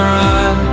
run